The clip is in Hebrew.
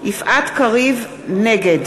נגד